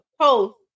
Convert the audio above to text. post